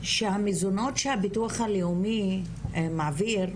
שהמזונות שהבטוח הלאומי מעביר,